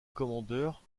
commandeur